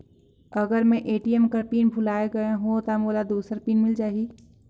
अगर मैं ए.टी.एम कर पिन भुलाये गये हो ता मोला दूसर पिन मिल जाही?